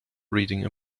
reading